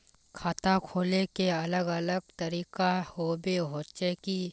खाता खोले के अलग अलग तरीका होबे होचे की?